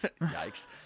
yikes